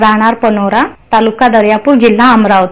राहणार पनोरा तालुका दर्यापूर जिल्हा अमरावती